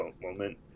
moment